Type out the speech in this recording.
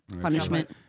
punishment